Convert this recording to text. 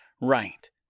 right